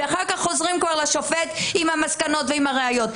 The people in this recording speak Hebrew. אחר כך חוזרים לשופט עם המסקנות והראיות.